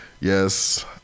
Yes